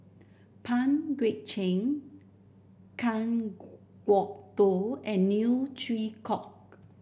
Pang Guek Cheng Kan Kwok Toh and Neo Chwee Kok